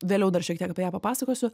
vėliau dar šiek tiek apie ją papasakosiu